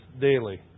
daily